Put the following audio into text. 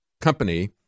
company